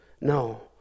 No